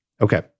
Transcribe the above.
Okay